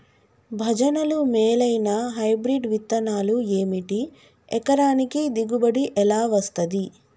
భజనలు మేలైనా హైబ్రిడ్ విత్తనాలు ఏమిటి? ఎకరానికి దిగుబడి ఎలా వస్తది?